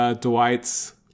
Dwight's